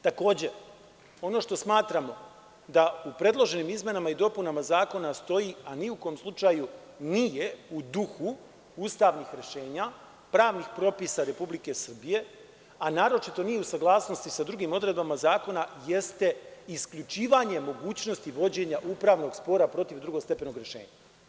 Takođe, ono što smatramo da u predloženim izmenama i dopunama zakona stoji, a ni u kom slučaju nije u duhu ustavnih rešenja i pravnih propisa Republike Srbije, a naročito nije u saglasnosti sa drugim odredbama zakona, jeste isključivanje mogućnosti vođenja upravnog spora protiv drugostepenog rešenja.